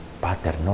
Pater